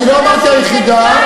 אני לא אמרתי היחידה.